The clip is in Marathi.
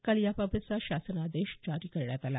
काल याबाबतचा शासन आदेश जारी करण्यात आला